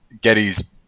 getty's